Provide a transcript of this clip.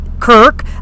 Kirk